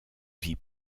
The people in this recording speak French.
vie